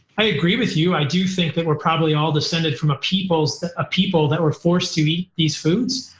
i agree with you. i do think that we're probably all descended from a people that people that were forced to eat these foods.